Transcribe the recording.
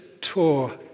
tour